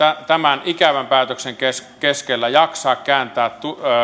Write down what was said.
tämän ikävän päätöksen keskellä jaksaa kääntää